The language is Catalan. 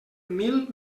mil